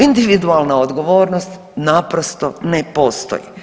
Individualna odgovornost naprosto ne postoji.